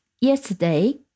yesterday